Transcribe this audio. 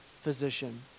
physician